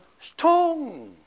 stone